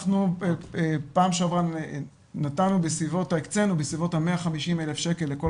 אנחנו בפעם שעברה הקצינו בסביבות 150,000 שקל לכל